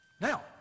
Now